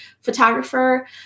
photographer